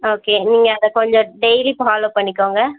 okay நீங்கள் அதை கொஞ்சம் டெய்லி ஃபாலோ பண்ணிக்கோங்க